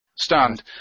stand